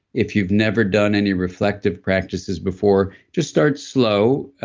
if you've never done any reflective practices before, just start slow.